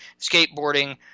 skateboarding